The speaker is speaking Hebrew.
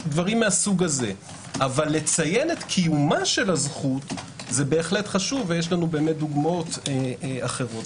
אבל לציין את קיום הזכות זה בהחלט חשוב ויש לנו דוגמאות אחרות.